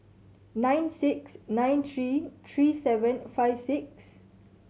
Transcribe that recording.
nine six nine three three seven five six